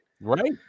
Right